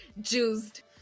Juiced